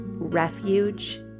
refuge